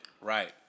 Right